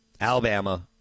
Alabama